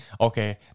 okay